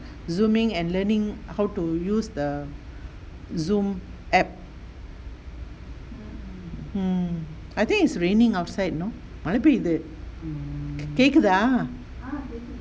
zooming and learning how to use the zoom app mm I think it's raining outside know மழைபேயுது கேக்குதா:mazhai peyuthu kekkuthaa